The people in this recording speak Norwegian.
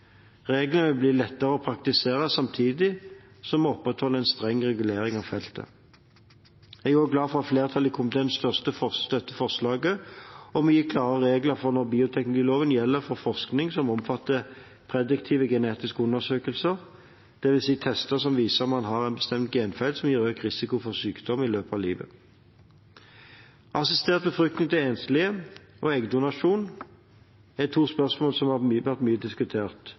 Reglene vil bli lettere å praktisere samtidig som en opprettholder en streng regulering av feltet. Jeg er også glad for at flertallet i komiteen støtter forslaget om å gi klare regler for når bioteknologiloven gjelder for forskning som omfatter prediktive genetiske undersøkelser, dvs. tester som viser om man har en bestemt genfeil som vil gi økt risiko for sykdom i løpet av livet. Assistert befruktning til enslige og eggdonasjon er to spørsmål som er blitt mye diskutert.